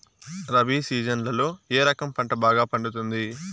రబి సీజన్లలో ఏ రకం పంట బాగా పండుతుంది